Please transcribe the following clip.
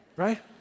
right